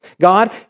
God